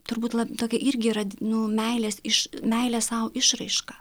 turbūt tokia irgi yra nu meilės iš meilės sau išraiška